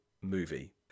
movie